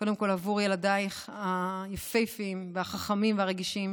קודם כול עבור ילדייך היפהפיים והחכמים והרגישים,